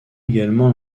également